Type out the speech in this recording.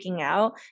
out